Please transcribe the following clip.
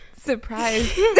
surprise